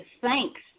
thanks